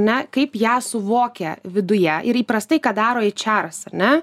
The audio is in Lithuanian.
ne kaip ją suvokia viduje ir įprastai ką daro aičeras ar ne